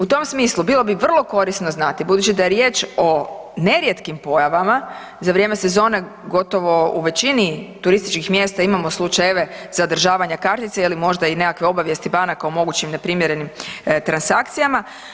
U tom smislu bilo bi vrlo korisno znati, budući da je riječ o nerijetkim pojavama, za vrijeme sezone gotovo u većini turističkih mjesta imamo slučajeve zadržavanja kartice ili možda i nekakve obavijesti banaka o mogućim neprimjerenim transakcijama.